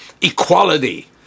equality